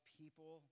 people